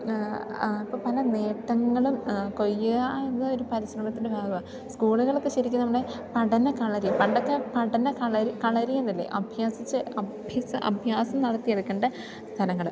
ഇപ്പം പല നേട്ടങ്ങളും കൊയ്യുക എന്നതൊരു പരിശ്രമത്തിൻ്റെ ഭാഗമാണ് സ്കൂളുകളിലൊക്കെ ശരിക്കും നമ്മുടെ പഠന കളരി പണ്ടൊക്കെ പഠന കളരി കളരിയിൽ നിന്നല്ലേ അഭ്യസിച്ച് അഭ്യസ അഭ്യാസം നടത്തിയെടുക്കേണ്ട സ്ഥലങ്ങൾ